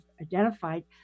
identified